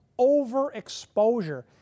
overexposure